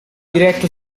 diretto